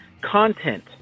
Content